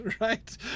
right